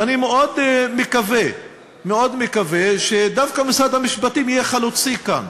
ואני מאוד מקווה שדווקא משרד המשפטים יהיה חלוצי כאן.